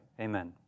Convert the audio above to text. Amen